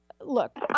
look